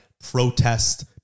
protest